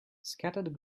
scattered